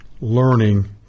learning